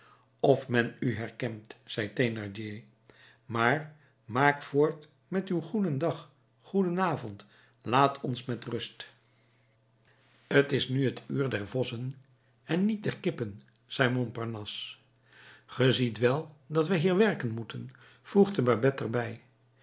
of men u herkent zei thénardier maar maak voort met uw goedendag goedenavond laat ons met rust t is nu het uur der vossen en niet der kippen zei montparnasse ge ziet wel dat wij hier werken moeten voegde babet er